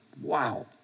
Wow